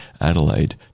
Adelaide